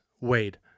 Wade